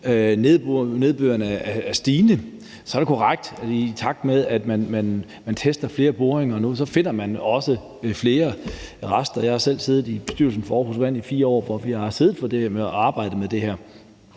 Nedbøren er stigende. Så er det korrekt, at i takt med at man tester flere boringer nu, finder man også flere rester. Jeg har selv siddet i bestyrelsen for Aarhus Vand i 4 år, hvor vi har siddet og arbejdet med det her,